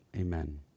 Amen